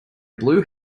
blue